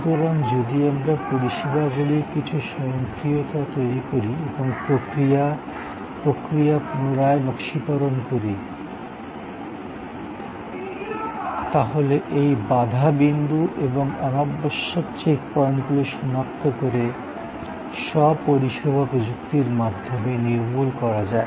সুতরাং যদি আমরা পরিষেবাগুলির কিছু স্বয়ংক্রিয়তা তৈরি করি এবং প্রক্রিয়া প্রক্রিয়া পুনরায় নকশীকরণ করি তাহলে এই বাধা বিন্দু এবং অনাবশ্যক চেক পয়েন্টগুলি সনাক্ত করে স্ব পরিষেবা প্রযুক্তির মাধ্যমে নির্মূল করা যায়